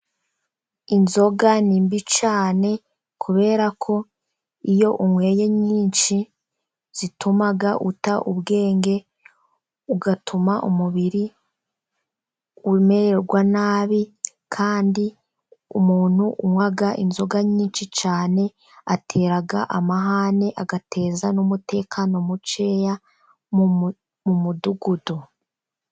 Inzoga ni mbi cyane, kubera ko iyo unyweye nyinshi zituma uta ubwenge, zigatuma umubiri umererwa nabi. Kandi umuntu unywa inzoga nyinshi cyane, atera amahane, agateza n'umutekano mukeya mu mudugudu.